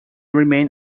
remain